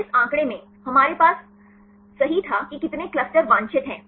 इस आंकड़े में हमारे पास सही था कि कितने क्लस्टर वांछित हैं